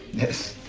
yes.